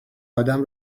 آدم